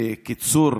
בקיצור,